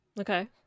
Okay